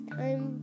time